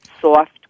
soft